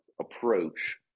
approach